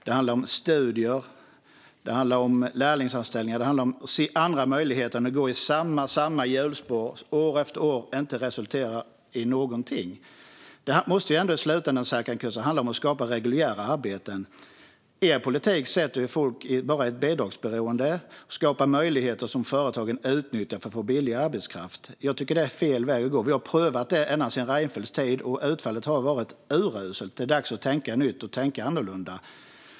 Det handlar om studier, lärlingsanställningar och att se andra möjligheter än att gå i samma hjulspår år efter år som inte resulterar i någonting. Det måste ändå i slutändan, Serkan Köse, handla om att skapa reguljära arbeten. Er politik sätter människor i ett bidragsberoende och skapar möjligheter som företagen utnyttjar för att få billig arbetskraft. Jag tycker att det är fel väg att gå. Vi har prövat det ända sedan Reinfeldts tid, och utfallet har varit uruselt. Det är dags att tänka nytt och annorlunda.